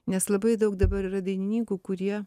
nes labai daug dabar yra dainininkų kurie